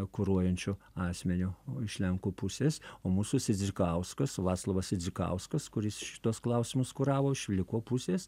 kuruojančiu asmeniu iš lenkų pusės o mūsų sidzikauskas vaclovas sidzikauskas kuris šituos klausimus kuravo iš vliko pusės